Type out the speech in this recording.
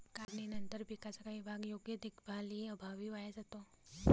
काढणीनंतर पिकाचा काही भाग योग्य देखभालीअभावी वाया जातो